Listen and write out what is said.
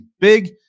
big